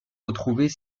retrouver